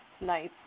nice